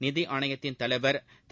நிதி ஆணையத்தின் தலைவர் திரு